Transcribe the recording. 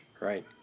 right